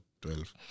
12